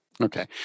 Okay